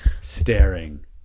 staring